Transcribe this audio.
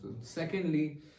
secondly